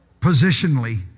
positionally